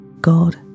God